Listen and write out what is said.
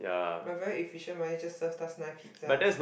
my very efficient mother just served us nine pizzas